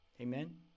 Amen